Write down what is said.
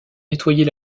nettoyer